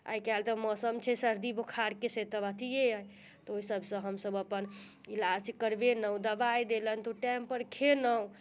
आइ काल्हि जे मौसम रहैत छै सर्दी बुखारके से तऽ अथिए अइ तऽ ओसब से हमसब अपन इलाज करबेलहुँ दवाइ देलनि तऽ ओ टाइम पर खयलहुँ